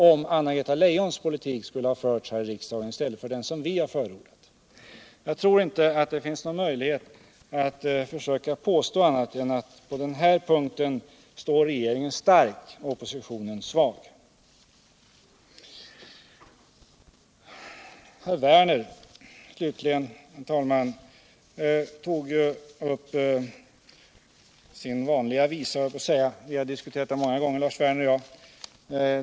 om Anna-Greta Leijons politik skulle ha förts här i riksdagen i stället för den politik som vi har fört. Jag tror inte att det finns någon möjlighet att försöka påstå annat än att regeringen på den här punkten står stark och att Oppositionen är Svap. Herr Werner, slutligen, tog upp sin vanliga visa, höll jug på attt säga, herr talman. Vi har diskuterat den visan många gånger tidigare, Lars Werner och Jag.